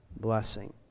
blessing